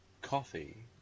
coffee